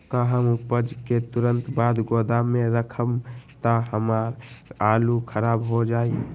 का हम उपज के तुरंत बाद गोदाम में रखम त हमार आलू खराब हो जाइ?